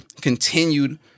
continued